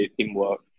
teamwork